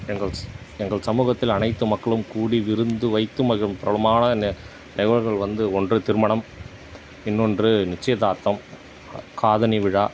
எங்கள் ஸ் எங்கள் சமூகத்தில் அனைத்து மக்களும் கூடி விருந்து வைத்து மகிழும் பிரபலமான நி நிகழ்வுகள் வந்து ஒன்று திருமணம் இன்னொன்று நிச்சயதார்த்தம் காதணி விழா